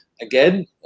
again